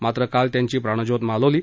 मात्र काल त्यांची प्राणज्योती मालवली